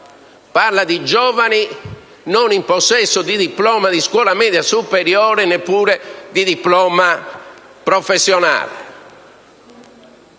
a giovani non in possesso di diploma di scuola media superiore e neanche di scuola professionale.